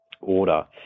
order